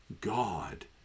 God